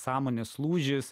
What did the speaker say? sąmonės lūžis